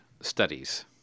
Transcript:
studies